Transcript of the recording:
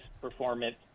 performance